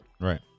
Right